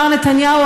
מר נתניהו,